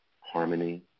harmony